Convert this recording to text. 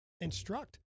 instruct